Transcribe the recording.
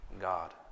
God